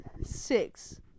Six